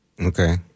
Okay